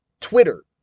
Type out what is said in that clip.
Twitter